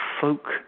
folk